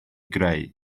greu